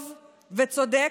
טוב וצודק,